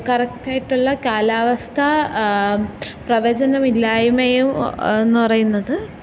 കറക്റ്റായിട്ടുള്ള കാലാവസ്ഥ പ്രവചനമില്ലായ്മയും എന്ന് പറയുന്നത്